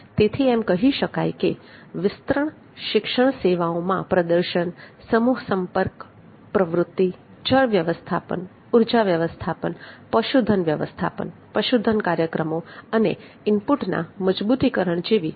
તેથી એમ કહી શકાય કે વિસ્તરણ શિક્ષણ સેવાઓમાં પ્રદર્શન સમૂહ સંપર્ક પ્રવૃત્તિ જળ વ્યવસ્થાપન ઊર્જા વ્યવસ્થાપન પશુધન વ્યવસ્થાપન પશુધન કાર્યક્રમો અને ઇનપુટના મજબૂતીકરણ જેવી પ્રવૃત્તિઓનો સમાવેશ થાય છે